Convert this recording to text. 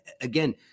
again